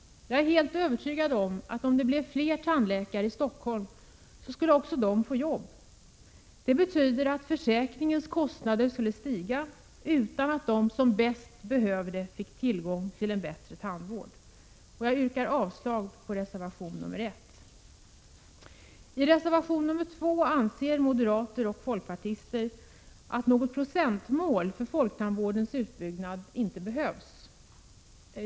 Jag är helt övertygad om att om det blev fler tandläkare i Stockholm så skulle de också få jobb. Det betyder att försäkringens kostnader skulle stiga, utan att de som bäst behöver det fick tillgång till en bättre tandvård. Jag yrkar avslag på reservation 1. I reservation 2 anser moderater och folkpartister att något procentmål för folktandvårdens utbyggnad inte behövs.